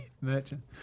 Merchant